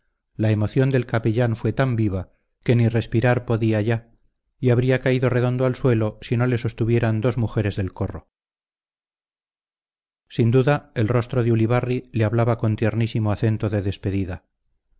la emoción del capellán fue tan viva que ni respirar podía ya y habría caído redondo al suelo si no le sostuvieran dos mujeres del corro sin duda el rostro de ulibarri le hablaba con tiernísimo acento de despedida